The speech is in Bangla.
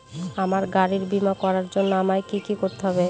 আমার গাড়ির বীমা করার জন্য আমায় কি কী করতে হবে?